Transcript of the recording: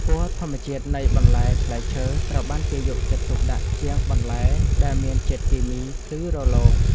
ពណ៌ធម្មជាតិនៃបន្លែផ្លែឈើត្រូវបានគេយកចិត្តទុកដាក់ជាងបន្លែដែលមានជាតិគីមីភ្លឺរលោង។